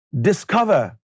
Discover